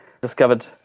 Discovered